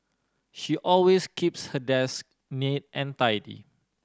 she always keeps her desk neat and tidy